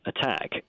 attack